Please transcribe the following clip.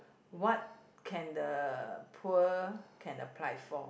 what can the poor can apply for